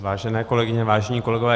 Vážené kolegyně, vážení kolegové.